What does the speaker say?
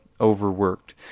overworked